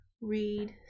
read